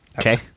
Okay